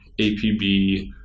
APB